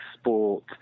sport